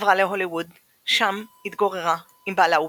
עברה להוליווד, שם התגוררה עם בעלה וביתה.